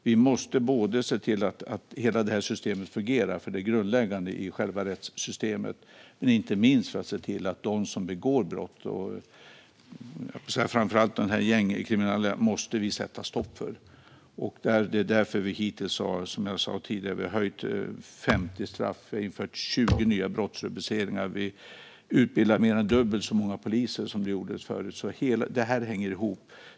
Vi måste se till att hela det här systemet fungerar, för det är grundläggande i själva rättssystemet, och inte minst sätta stopp för dem som begår brott, framför allt de gängkriminella. Det är därför vi hittills har höjt 50 straff och infört 20 nya brottsrubriceringar, som jag sa tidigare. Vi utbildar mer än dubbelt så många poliser som det gjordes förut. Det här hänger ihop.